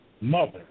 mother